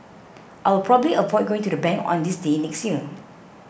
I will probably avoid going to the bank on this day next year